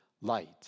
light